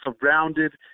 surrounded